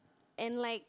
and like